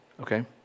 Okay